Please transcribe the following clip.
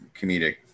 comedic